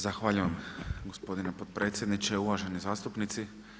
Zahvaljujem gospodine potpredsjedniče, uvaženi zastupnici.